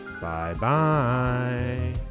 Bye-bye